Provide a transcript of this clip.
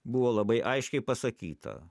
buvo labai aiškiai pasakyta